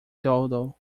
dodo